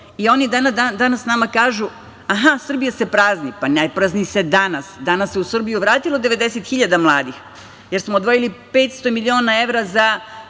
I oni danas nama kažu – Srbija se prazni. Pa, ne prazni se danas. Danas se u Srbiju vratilo 90.000 mladih, jer smo odvojili 500 miliona evra za